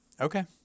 Okay